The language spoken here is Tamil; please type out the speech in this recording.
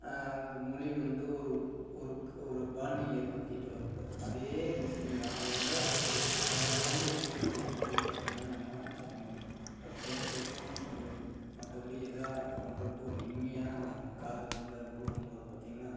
அந்த மொழி வந்து ஒரு ஒருக் ஒரு பாண்டிங் ஏற்படுத்திகிட்டு வருது அதே விஷயம் தான் அதைவிட ஒரு பலமடங்கு உயர்ந்த ஒரு மொழி பார்த்தீங்கன்னா நம்ம தாய்மொழி அது பேசுறதுக்கும் ஒரு மற்றபடி ஏதாக பண்ணுறக்கு ஒரு இனிமையாக நம்ம காதில் வந்து அந்த விலுகும்போது பார்த்தீங்கன்னா